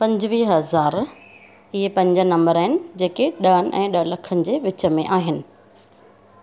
पंजवीह हज़ार इहे पंज नंबर आहिनि जेके ॾहनि ऐं ॾह लखनि के वीच में आहिनि